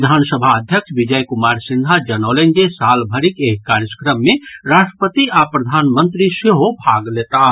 विधानसभा अध्यक्ष विजय कुमार सिन्हा जनौलनि जे सालभरिक एहि कार्यक्रम मे राष्ट्रपति आ प्रधानमंत्री सेहो भाग लेताह